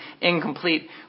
incomplete